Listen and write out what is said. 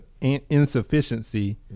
insufficiency